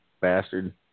bastard